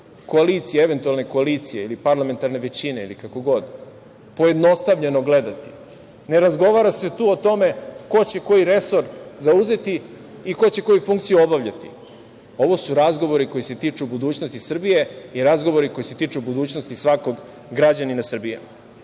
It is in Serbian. koalicije, eventualne koalicije ili parlamentarne većine, kako god, pojednostavljeno gledati. Ne razgovara se tu o tome ko će koji resor zauzeti i ko će koju funkciju obavljati. Ovo su razgovori koji se tiču budućnosti Srbije i razgovori koji se tiču budućnosti svakog građanina Srbije. Najpre,